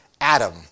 Adam